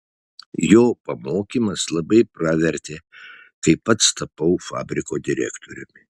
jo pamokymas labai pravertė kai pats tapau fabriko direktoriumi